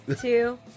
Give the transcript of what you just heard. two